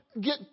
get